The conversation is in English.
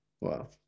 wow